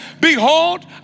behold